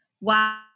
Wow